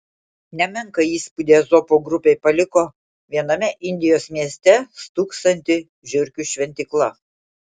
nemenką įspūdį ezopo grupei paliko viename indijos mieste stūksanti žiurkių šventykla